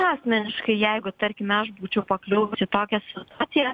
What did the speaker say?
asmeniškai jeigu tarkime aš būčiau pakliuvus į tokią situaciją